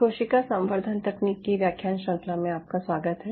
कोशिका संवर्धन तकनीक की व्याख्यान श्रृंखला में आपका स्वागत है